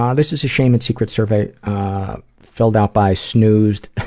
um this is a shame and secret survey filled out by snoozed,